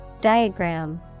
Diagram